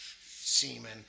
semen